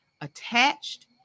attached